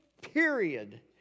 period